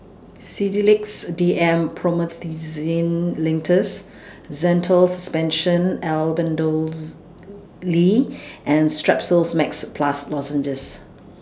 Sedilix D M Promethazine Linctus Zental Suspension Albendazole and Strepsils Max Plus Lozenges